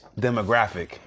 demographic